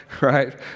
Right